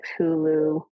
Hulu